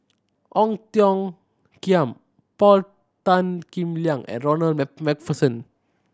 Ong Tiong Khiam Paul Tan Kim Liang and Ronald Macpherson